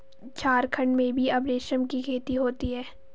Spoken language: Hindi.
झारखण्ड में भी अब रेशम की खेती होती है